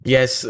Yes